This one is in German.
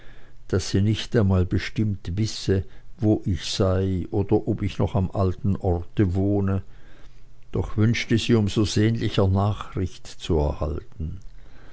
daß sie nicht einmal bestimmt wisse wo ich sei oder ob ich noch am alten orte wohne doch wünschte sie um so sehnlicher nachricht zu erhalten